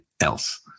else